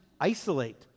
isolate